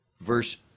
verse